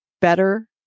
better